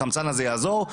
החמצן הזה יעזור,